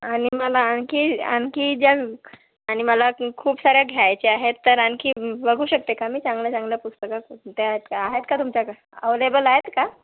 आणि मला आणखी आणखी ज्या आणि मला खूप साऱ्या घ्यायच्या आहेत तर आणखी बघू शकते का मी चांगल्या चांगल्या पुस्तकं कोणत्या आहेत काय आहेत का तुमच्याकडं अव्हलेबल आहेत का